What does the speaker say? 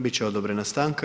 Bit će odobrena stanka.